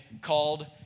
called